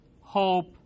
hope